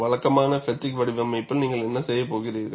வழக்கமான ஃப்பெட்டிக் வடிவமைப்பில் நீங்கள் என்ன செய்கிறீர்கள்